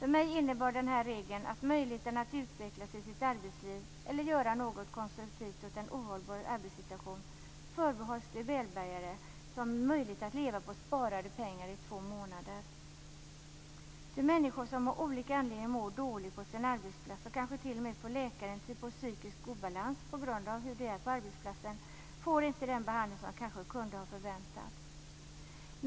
För mig innebär den här regeln att möjligheten att utvecklas i sitt arbetsliv eller göra någonting konstruktivt åt en ohållbar arbetssituation förbehålls de välbärgade som har möjlighet att leva på sparade pengar i två månader. Människor som av olika anledningar mår dåligt på sin arbetsplats och som kanske t.o.m. får läkarintyg på att de är i psykisk obalans på grund av hur det är på arbetsplatsen får inte den behandling som kanske kunde ha förväntats.